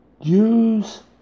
use